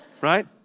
Right